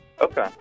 Okay